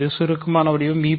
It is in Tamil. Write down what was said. இது சுருக்க வடிவம் மி